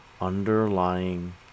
underlying